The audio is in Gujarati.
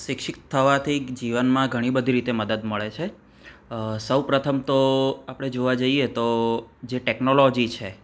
શિક્ષિત થવાથી જીવનમાં ઘણી બધી રીતે મદદ મળે છે સૌ પ્રથમ તો આપણે જોવા જઈએ તો જે ટેકનોલોજી છે